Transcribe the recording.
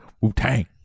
Wu-Tang